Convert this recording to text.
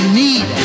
need